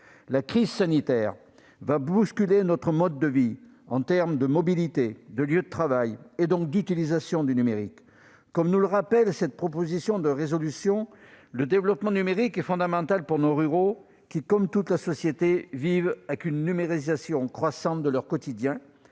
La crise sanitaire va bousculer notre mode de vie en matière de mobilité, de lieu de travail et donc d'utilisation du numérique. Comme nous le rappellent les auteurs de cette proposition de résolution, le développement numérique est fondamental pour nos populations rurales qui, comme l'ensemble de la société, vivent une numérisation croissante de leur quotidien,